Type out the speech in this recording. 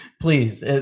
please